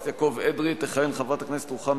אדוני רוצה שאני אעשה את זה אחרי המינוי של הסגנים?